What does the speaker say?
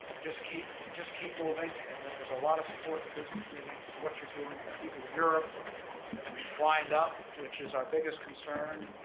just keep just keep moving. and then there's a lot of support in the business community for what you're doing keeping europe lined up, which is our biggest concern.